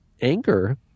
anger